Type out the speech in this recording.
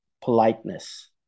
politeness